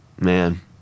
Man